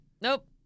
Nope